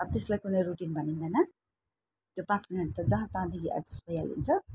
अब त्यसलाई कुनै रुटिन मानिँदैन त्यो पाँच मिनट त जहाँ तहाँदेखि एडजस्ट भइहालिन्छ